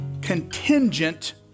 contingent